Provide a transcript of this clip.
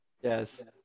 yes